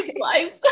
Life